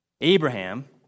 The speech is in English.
Abraham